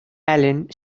allen